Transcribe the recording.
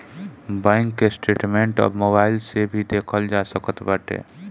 bank statement अब mobile से भी देखल जा सकत बाटे